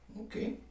Okay